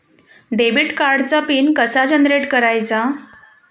Debit कार्डचा PIN कसा generate करायचा?